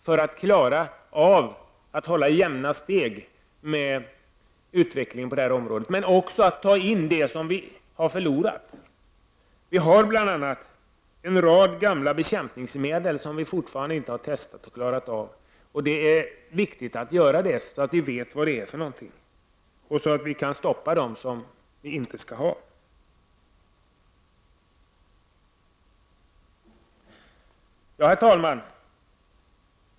Det gäller ju att kunna hålla jämna steg med utvecklingen på området. Men det gäller också att inhämta vad som har gått förlorat. En rad gamla bekämpningsmedel är fortfarande inte testade. Här har vi alltså en sak som vi inte har klarat av. Det är viktigt att testa dessa, så att vi vet vad vi handskas med och kan stoppa hanteringen med de bekämpningsmedel som vi inte skall ha kvar. Herr talman!